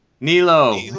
Nilo